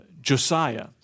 Josiah